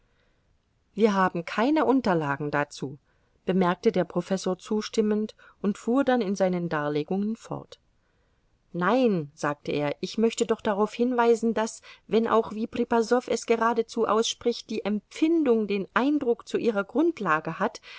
wir haben keine unterlagen dazu bemerkte der professor zustimmend und fuhr dann in seinen darlegungen fort nein sagte er ich möchte doch darauf hinweisen daß wenn auch wie pripasow es geradezu ausspricht die empfindung den eindruck zu ihrer grundlage hat